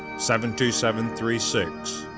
seven, two, seven, three, six.